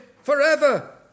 forever